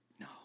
No